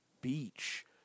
beach